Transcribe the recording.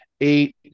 eight